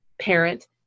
parent